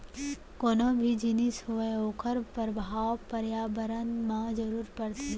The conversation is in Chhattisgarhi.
कोनो भी जिनिस होवय ओखर परभाव परयाबरन म जरूर परथे